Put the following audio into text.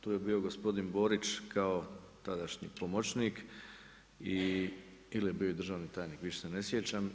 Tu je bio gospodin Borić kao tadašnji pomoćnik ili je bio državni tajnik, više se ne sjećam.